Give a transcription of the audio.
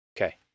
okay